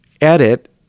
edit